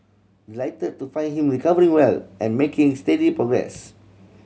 delighted to find him recovering well and making steady progress